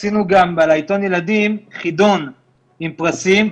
עשינו גם בעיתון הילדים חידון עם פרסים,